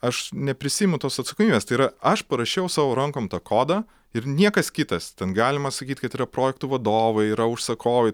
aš neprisiimu tos atsakomybės tai yra aš parašiau savo rankom tą kodą ir niekas kitas ten galima sakyt kad yra projektų vadovai yra užsakovai